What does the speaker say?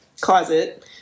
closet